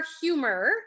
humor